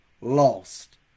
lost